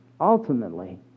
ultimately